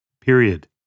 period